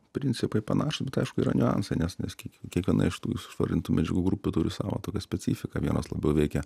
principai panašūs bet aišku yra niuansai nes ne kiekviena iš tų išvardintų medžiagų grupių turi savą tokią specifiką vienos labai veikia